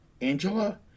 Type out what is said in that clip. Angela